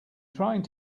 trying